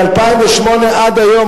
מ-2008 ועד היום,